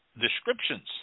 descriptions